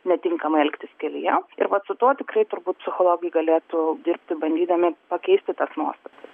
netinkamai elgtis kelyje ir vat su tuo tikrai turbūt psichologai galėtų dirbti bandydami pakeisti tas nuostatas